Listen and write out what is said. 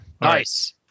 Nice